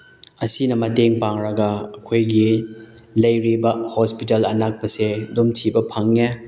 ꯑꯁꯤꯅ ꯃꯇꯦꯡ ꯄꯥꯡꯂꯒ ꯑꯩꯈꯣꯏꯒꯤ ꯂꯩꯔꯤꯕ ꯍꯣꯁꯄꯤꯇꯥꯜ ꯑꯅꯛꯄꯁꯦ ꯑꯗꯨꯝ ꯊꯤꯕ ꯐꯪꯉꯦ